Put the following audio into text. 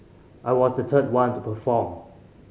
I was the third one to perform